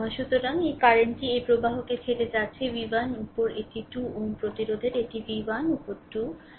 সুতরাং এই কারেন্টটি এই প্রবাহকে ছেড়ে যাচ্ছে v1 উপর এটি 2 Ω প্রতিরোধের এটি v 1 উপর 2